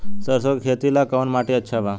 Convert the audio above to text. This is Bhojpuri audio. सरसों के खेती ला कवन माटी अच्छा बा?